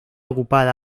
ocupada